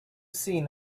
seen